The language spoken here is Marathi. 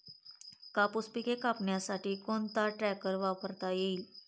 कापूस पिके कापण्यासाठी कोणता ट्रॅक्टर वापरता येईल?